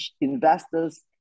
investors